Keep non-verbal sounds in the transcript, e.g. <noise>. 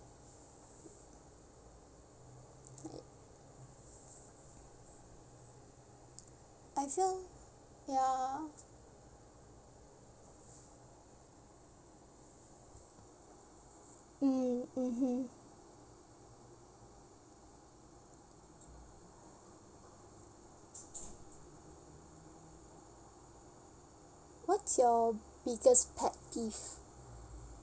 right <noise> I feel ya mm mmhmm what's your biggest pet peeve